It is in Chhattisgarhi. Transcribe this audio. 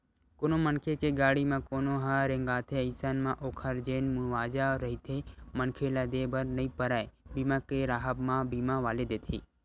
कोनो मनखे के गाड़ी म कोनो ह रेतागे अइसन म ओखर जेन मुवाजा रहिथे मनखे ल देय बर नइ परय बीमा के राहब म बीमा वाले देथे